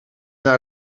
naar